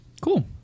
Cool